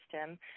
system